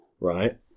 Right